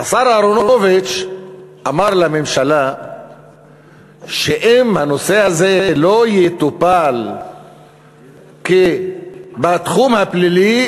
השר אהרונוביץ אמר לממשלה שאם הנושא הזה לא יטופל בתחום הפלילי,